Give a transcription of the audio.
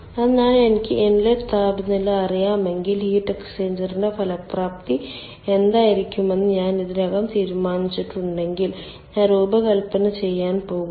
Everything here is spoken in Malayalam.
അതിനാൽ എനിക്ക് ഇൻലെറ്റ് താപനില അറിയാമെങ്കിൽ ഹീറ്റ് എക്സ്ചേഞ്ചറിന്റെ ഫലപ്രാപ്തി എന്തായിരിക്കുമെന്ന് ഞാൻ ഇതിനകം തീരുമാനിച്ചിട്ടുണ്ടെങ്കിൽ ഞാൻ രൂപകൽപ്പന ചെയ്യാൻ പോകുന്നു